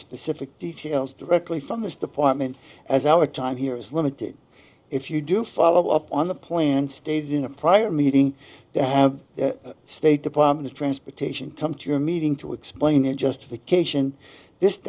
specific details directly from this department as our time here is limited if you do follow up on the plan stated in a prior meeting to have the state department of transportation come to your meeting to explain a justification